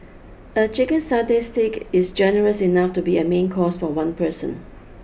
a chicken satay stick is generous enough to be a main course for one person